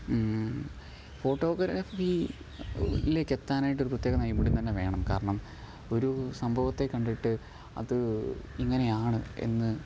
photography യിലേക്ക് എത്താനായിട്ട് ഒരു പ്രത്യേക നയ്പുണ്യം തന്നെ വേണം കാരണം ഒരു സംഭവത്തെ കണ്ടിട്ട് അത് ഇങ്ങനെയാണ് എന്ന്